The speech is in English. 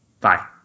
bye